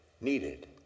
needed